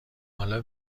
حالا